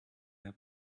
have